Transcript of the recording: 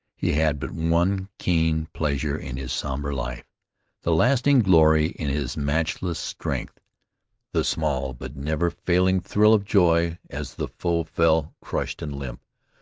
he had but one keen pleasure in his sombre life the lasting glory in his matchless strength the small but never failing thrill of joy as the foe fell crushed and limp,